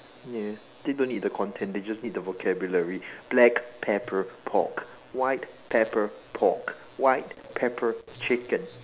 yes they do not need the content they just need the vocabulary black pepper pork white pepper pork white pepper chicken